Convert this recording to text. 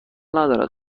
ندارد